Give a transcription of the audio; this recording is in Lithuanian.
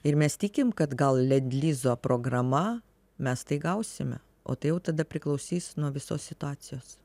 ir mes tikim kad gal lendlizo programa mes tai gausime o tai jau tada priklausys nuo visos situacijos